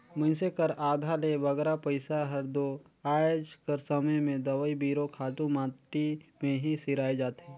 मइनसे कर आधा ले बगरा पइसा हर दो आएज कर समे में दवई बीरो, खातू माटी में ही सिराए जाथे